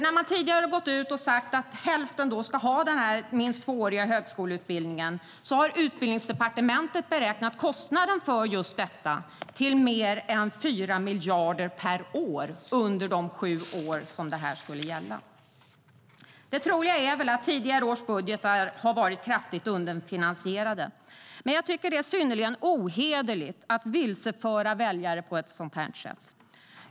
När man tidigare har gått ut och sagt att hälften ska ha denna minst tvååriga högskoleutbildning har Utbildningsdepartementet beräknat kostnaden för detta till mer än 4 miljarder per år under de sju år som det skulle gälla. Det troliga är väl att tidigare års budgetar har varit kraftigt underfinansierade, men jag tycker att det är synnerligen ohederligt att vilseföra väljare på ett sådant sätt.